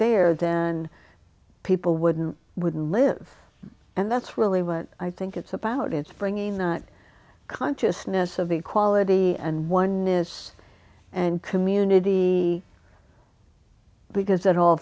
there then people wouldn't wouldn't live and that's really what i think it's about it's bringing that consciousness of equality and oneness and community because it all